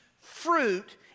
fruit